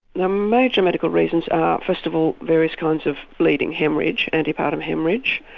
the major medical reasons are first of all various kinds of bleeding, haemorrhage, antepartum haemorrhage,